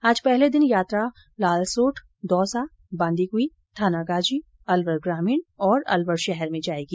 आज पहले दिन यात्रा लालसोट दौसा बांदीकुई थानागाजी अलवर ग्रामीण और अलवर शहर में जायेगी